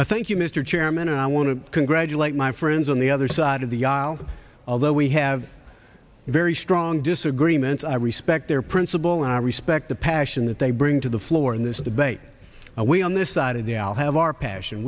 i thank you mr chairman and i want to congratulate my friends on the other side of the aisle although we have very strong disagreements i respect their principle and i respect the passion that they bring to the floor in this debate and we on this side of the aisle have our passion